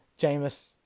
Jameis